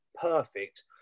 perfect